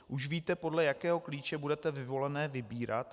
Už víte, podle jakého klíče budete vyvolené vybírat?